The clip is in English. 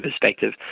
perspective